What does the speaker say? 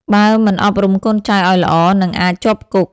បើមិនអប់រំកូនចៅឱ្យល្អ នឹងអាចជាប់គុក។